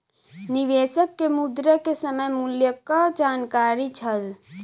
निवेशक के मुद्रा के समय मूल्यक जानकारी छल